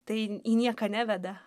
tai į nieką neveda